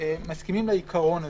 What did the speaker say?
מסכימים לעיקרון הזה.